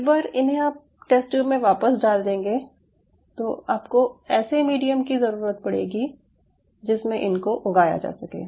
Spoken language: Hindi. एक बार इन्हे आप टेस्ट ट्यूब में वापस डाल देंगे तो आपको ऐसे मीडियम की ज़रूरत पड़ेगी जिसमे इनको उगाया जा सके